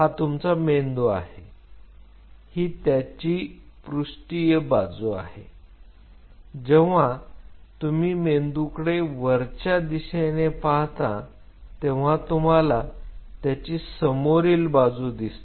हा तुमचा मेंदू आहे ही त्याची पृष्ठीय बाजू आहे जेव्हा तुम्ही मेंदूकडे वरच्या दिशेने पाहता तेव्हा तुम्हाला त्याची समोरील बाजू दिसते